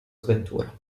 sventura